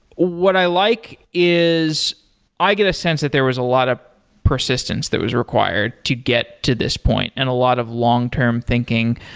what i like is i get a sense that there was a lot of persistence that was required to get to this point and a lot of long-term thinking,